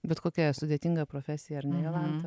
bet kokia sudėtinga profesija ar ne jolanta